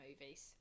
movies